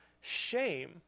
shame